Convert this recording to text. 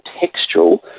textual